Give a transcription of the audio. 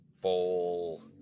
bowl